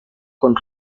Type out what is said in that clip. con